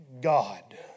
God